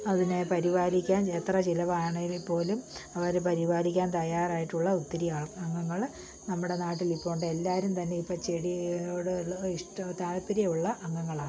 അതിനെ പരിപാലിക്കാൻ എത്ര ചിലവാണെങ്കിൽപോലും അവർ പരിപാലിക്കാൻ തയ്യാറായിട്ടുള്ള ഒത്തിരി ആൾ അംഗങ്ങൾ നമ്മുടെ നാട്ടിലിപ്പോഴുണ്ട് എല്ലാവരും തന്നെ ഇപ്പോൾ ചെടിയോടുള്ള ഇഷ്ടം താൽപര്യമുള്ള അംഗങ്ങളാണ്